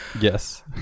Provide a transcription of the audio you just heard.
Yes